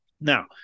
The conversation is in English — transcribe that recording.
now